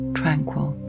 tranquil